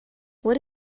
what